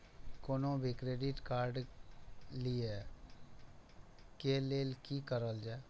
कोनो भी credit card लिए के लेल की करल जाय?